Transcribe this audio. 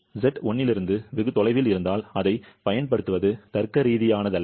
Z 1 இலிருந்து வெகு தொலைவில் இருந்தால் அதைப் பயன்படுத்துவது தர்க்கரீதியானதல்ல